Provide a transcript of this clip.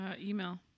Email